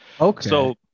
Okay